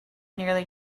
nearly